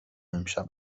امشب